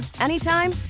anytime